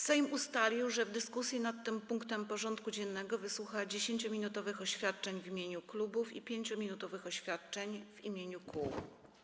Sejm ustalił, że w dyskusji nad tym punktem porządku dziennego wysłucha 10-minutowych oświadczeń w imieniu klubów i 5-minutowych oświadczeń w imieniu kół.